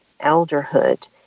elderhood